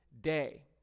day